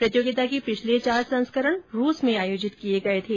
प्रतियोगिता के पिछले चार संस्करण रूस में आयोजित किए गए थे